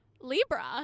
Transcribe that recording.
Libra